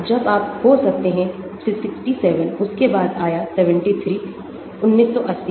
जब आप हो सकते हैं67 उसके बाद आया 73 1980 में